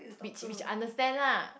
which which understand lah